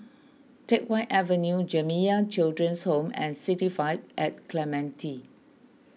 Teck Whye Avenue Jamiyah Children's Home and City Vibe at Clementi